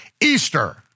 Easter